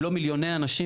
אם לא מיליוני אנשים,